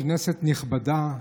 כנסת נכבדה,